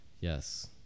Yes